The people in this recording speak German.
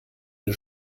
der